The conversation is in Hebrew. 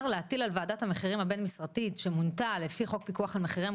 "..להטיל על וועדת המחירים הבין משרדית שמונתה לפי חוק פיקוח המחירים,